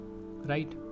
right